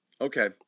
Okay